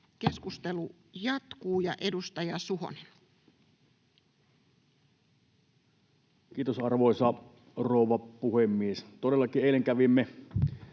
Keskustelu jatkuu. — Edustaja Suhonen. Kiitos, arvoisa rouva puhemies! Todellakin eilen kävimme